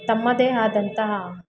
ತಮ್ಮದೇ ಆದಂತಹ